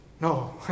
No